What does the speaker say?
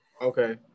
Okay